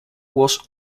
was